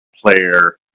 player